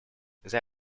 they